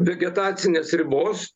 vegetacinės ribos